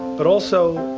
but also,